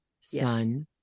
Son